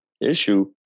issue